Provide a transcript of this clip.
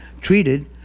treated